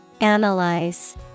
Analyze